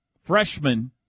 freshman